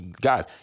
guys